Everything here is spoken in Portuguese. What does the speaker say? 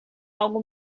algo